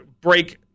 break